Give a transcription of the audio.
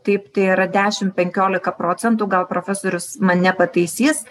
taip tai yra dešim penkiolika procentų gal profesorius mane pataisys